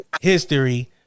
history